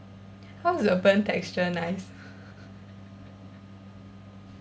how is a burnt texture nice